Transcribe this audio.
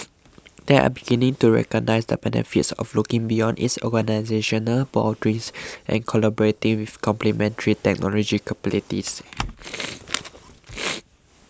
they are beginning to recognise the benefits of looking beyond its organisational boundaries and collaborating with complementary technological capabilities